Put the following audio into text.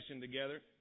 together